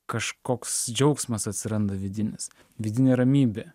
kažkoks džiaugsmas atsiranda vidinis vidinė ramybė